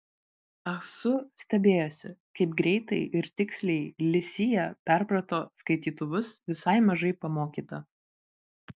ah su stebėjosi kaip greitai ir tiksliai li sija perprato skaitytuvus visai mažai pamokyta